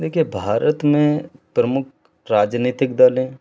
देखिये भारत में प्रमुख राजनैतिक दल हैं